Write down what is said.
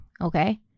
okay